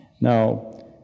Now